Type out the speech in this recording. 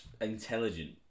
intelligent